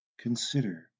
Consider